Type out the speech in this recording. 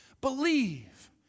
Believe